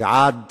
ועד